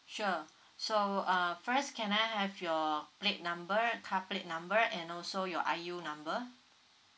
sure so uh first can I have your plate number car plate number and also your I_U number